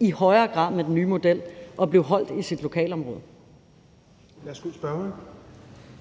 i højere grad med den nye model kommer til at blive holdt i sit lokalområde. Kl. 10:24 Fjerde